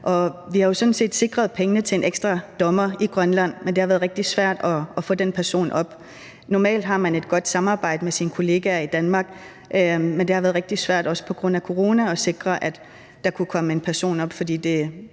set sikret pengene til en ekstra dommer i Grønland, men det har været rigtig svært at få den person op. Normalt har man et godt samarbejde med sine kolleger i Danmark, men det har været rigtig svært, også på grund af corona, at sikre, at der kunne komme en person op,